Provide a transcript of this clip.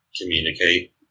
communicate